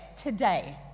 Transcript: today